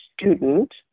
student